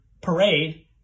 parade